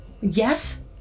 Yes